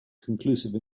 conclusive